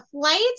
flight